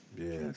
Yes